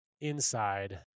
inside